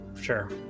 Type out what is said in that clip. sure